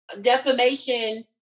defamation